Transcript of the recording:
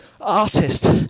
artist